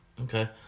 okay